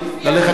תועבר לוועדה